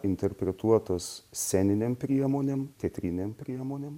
interpretuotas sceninėm priemonėm teatrinėm priemonėm